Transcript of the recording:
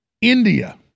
India